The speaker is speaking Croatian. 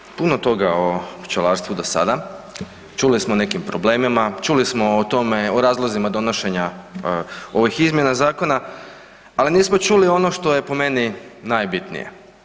Čuli smo puno toga o pčelarstvu do sada, čuli smo o nekim problemima, čuli smo o tome, o razlozima donošenja ovih izmjena zakona, ali nismo čuli ono što je, po meni, najbitnije.